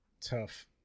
tough